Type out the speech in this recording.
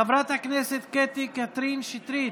חברת הכנסת קטי קטרין שטרית,